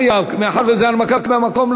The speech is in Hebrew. כשאדם נפגע בתאונה,